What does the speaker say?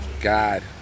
God